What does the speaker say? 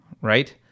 right